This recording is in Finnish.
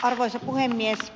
arvoisa puhemies